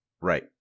Right